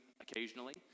occasionally